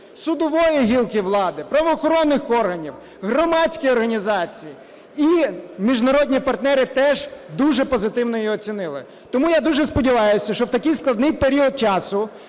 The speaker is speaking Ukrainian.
судової гілки влади, правоохоронних органів, громадські організації і міжнародні партнери теж дуже позитивно її оцінили. Тому я дуже сподіваюся, що в такий складний період часу,